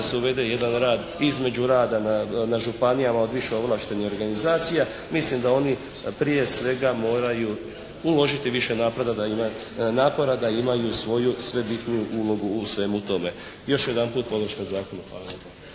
da se uvede jedan rad između rada na županijama od više ovlaštenih organizacija. Mislim da oni prije svega moraju uložiti više napora da imaju svoju sve bitniju ulogu u svemu tome. Još jedan puta podrška zakonu.